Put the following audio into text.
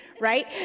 right